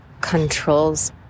controls